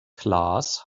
klaas